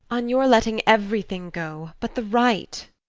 on your letting everything go but the right.